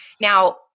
Now